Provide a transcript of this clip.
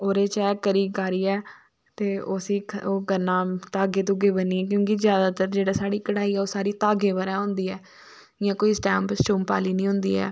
ओहदे च करी कारी ऐ ते उसी ओह् करना घागे घोगे बनी ऐ क्योकि ज्यादातर जेहडी साढ़ी कढाई ऐ ओह् सारी घागे पर गै होंदी ऐ इयां कोई सटेंप आहली नेईं होंदी ऐ